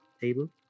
table